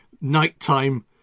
nighttime